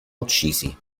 uccisi